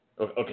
Okay